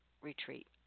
retreat